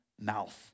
mouth